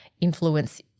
influence